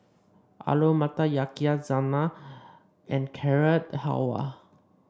Alu Matar Yakizakana and Carrot Halwa